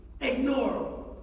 Ignore